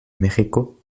méxico